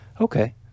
Okay